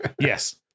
Yes